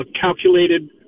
calculated